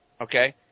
Okay